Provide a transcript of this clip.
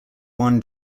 won